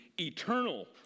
eternal